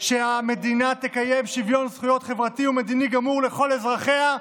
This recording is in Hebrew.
שהמדינה "תקיים שוויון זכויות חברתי ומדיני גמור לכל אזרחיה,